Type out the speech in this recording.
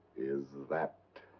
is that.